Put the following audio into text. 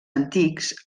antics